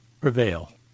prevail